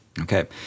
Okay